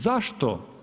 Zašto?